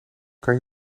kan